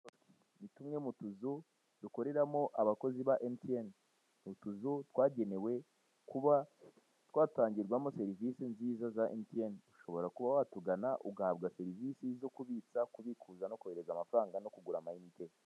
Ni tumwe mu tuzu dukoreramo abakozi ba emutiyeni, utuzu twagenewe kuba twatangirwamo serivise nziza emutiyeni ushobora kuba watugana ugahabwa serivise zo kubitsa, kubikuza, no kohereza amafaranga no kugura amayinite.